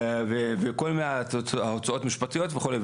וכל מיני הוצאות משפטיות וכו'.